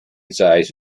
size